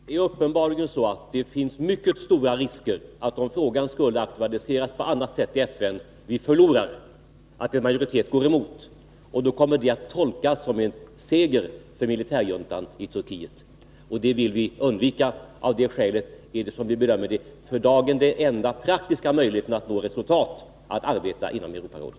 Fru talman! Om frågan skulle aktualiseras på annat sätt i FN, finns det Onsdagen den uppenbarligen mycket stora risker för att en majoritet går emot och att vi 24 november 1982 förlorar. Det kommer då att tolkas som en seger för militärjuntan i Turkiet. Det vill vi undvika, och av det skälet bedömer vi att den för dagen enda Åtgärder mot praktiska möjligheten att nå resultat är att arbeta inom Europarådet.